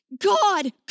God